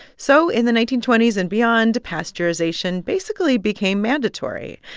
so in the nineteen twenty s and beyond, pasteurization basically became mandatory.